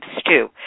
stew